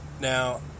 now